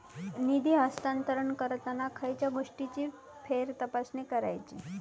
निधी हस्तांतरण करताना खयच्या गोष्टींची फेरतपासणी करायची?